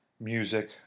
music